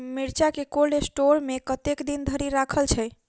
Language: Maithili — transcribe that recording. मिर्चा केँ कोल्ड स्टोर मे कतेक दिन धरि राखल छैय?